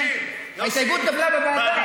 ההסתייגות נפלה בוועדה.